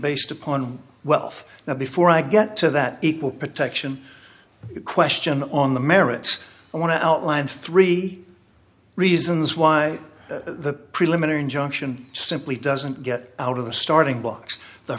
based upon well off now before i get to that equal protection question on the merits i want to outline three reasons why the preliminary injunction simply doesn't get out of the starting blocks the